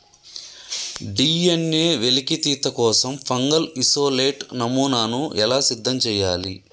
DNA వెలికితీత కోసం fungal isolate నమూనాను ఎలా సిద్ధం చెయ్యాలి?